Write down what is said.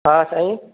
हा साईं